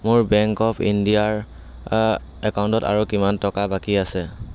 মোৰ bank of ইণ্ডিয়াৰ একাউণ্টত আৰু কিমান টকা বাকী আছে